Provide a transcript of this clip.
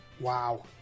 Wow